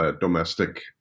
domestic